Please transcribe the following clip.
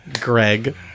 Greg